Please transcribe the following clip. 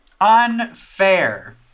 Unfair